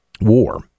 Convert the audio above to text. war